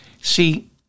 See